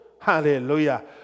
Hallelujah